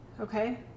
Okay